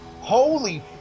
holy